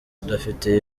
udafite